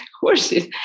horses